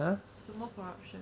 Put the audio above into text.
什么 corruption